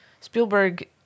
Spielberg